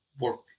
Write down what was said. work